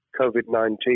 COVID-19